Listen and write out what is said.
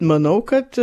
manau kad